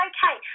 Okay